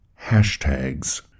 hashtags